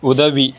உதவி